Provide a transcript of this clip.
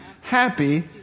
happy